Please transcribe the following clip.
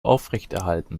aufrechterhalten